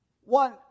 One